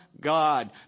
God